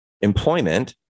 employment